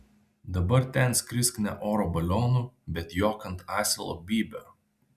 dabar ten skrisk ne oro balionu bet jok ant asilo bybio